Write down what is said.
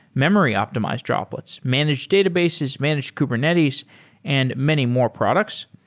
memory optimized droplets, managed databases, managed kubernetes and many more products.